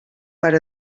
per